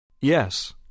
Yes